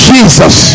Jesus